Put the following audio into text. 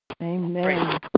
Amen